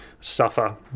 suffer